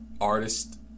artist